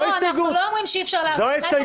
אנחנו לא אומרים שאי אפשר להפגין,